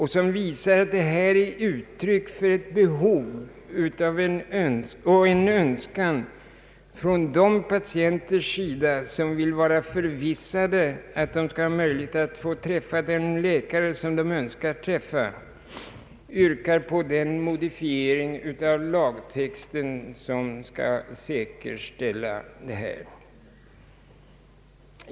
Den visar att detta är uttryck för ett behov och en önskan från de patienters sida som vill vara förvissade om att de skall ha möjligheter att träffa den läkare de önskar träffa, och den yrkar på den modifiering av lagtexten som skall säkerställa detta.